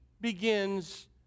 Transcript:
begins